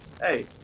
Hey